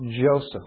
Joseph